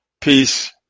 peace